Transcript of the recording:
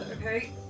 okay